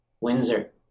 Windsor